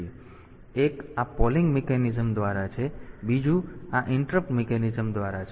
તેથી એક આ પોલિંગ મિકેનિઝમ દ્વારા છે બીજું આ ઇન્ટરપ્ટ મિકેનિઝમ દ્વારા છે